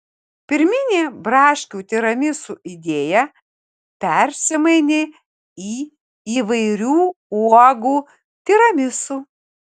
pirminė braškių tiramisu idėja persimainė į įvairių uogų tiramisu